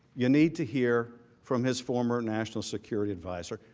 you need to hear from his former national security advisor.